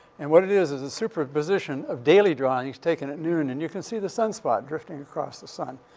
and what it is is a superimposition of daily drawings taken at noon. and you can see the sunspot drifting across the sun.